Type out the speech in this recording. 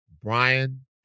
Brian